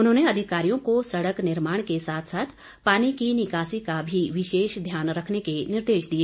उन्होंने अधिकारियों को सड़क निर्माण के साथ साथ पानी की निकासी का भी विशेष ध्यान रखने के निर्देश दिए